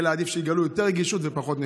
אלא עדיף שיגלו יותר רגישות ופחות נחישות.